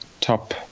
top